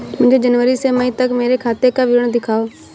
मुझे जनवरी से मई तक मेरे खाते का विवरण दिखाओ?